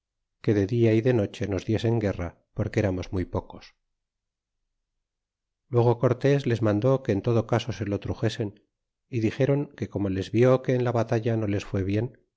que de dia y de noche nos diesen guerra porque eramos muy pocos y luego cortés les mandó que en todo caso solo truxesen y dixéron que como les vió que en la batalla no les lié bien